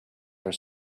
are